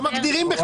לא מגדירים בכלל.